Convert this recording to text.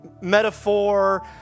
metaphor